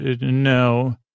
no